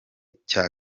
cya